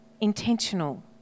intentional